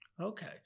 Okay